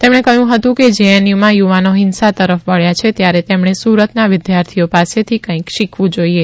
તેમણે કહ્યું હતું કે જેએનથુમાં થુવાનો હિંસા તરફ વખ્યાં છે ત્યારે તેમણે સુરતના વિદ્યાર્થીઓ પાસેથી કંઇક શીખવું જોઇએ